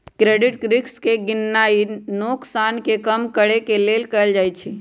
credit risk के गीणनाइ नोकसान के कम करेके लेल कएल जाइ छइ